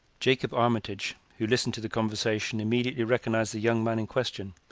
jacob armitage, who listened to the conversation, immediately recognized the young man in question.